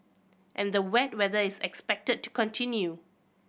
and the wet weather is expected to continue